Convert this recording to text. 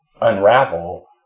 unravel